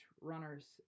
runners